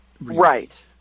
Right